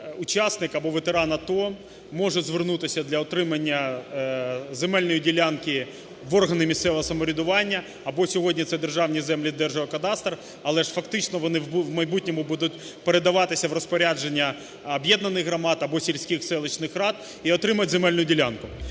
учасник або ветеран АТО може звернутися для отримання земельної ділянки в органи місцевого самоврядування, або сьогодні це – державні землі Держгеоканадстру, але ж фактично вони в майбутньому будуть передаватися в розпорядження об'єднаних громад або сільських (селищних) рад, і отримати земельну ділянку.